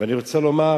אני רוצה לומר